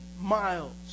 miles